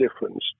difference